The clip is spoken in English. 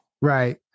Right